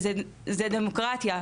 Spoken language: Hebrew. זה דמוקרטיה,